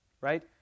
right